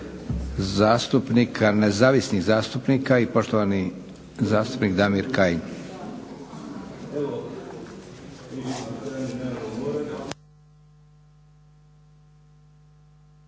zastupnika, nezavisnih zastupnika i poštovani zastupnik Damir Kajin.